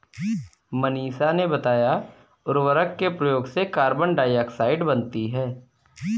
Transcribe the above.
मनीषा ने बताया उर्वरक के प्रयोग से कार्बन डाइऑक्साइड बनती है